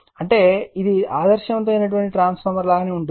అంటే ఇది ఆదర్శవంతమైన ట్రాన్స్ఫార్మర్ లాగా ఉంటుంది